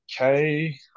okay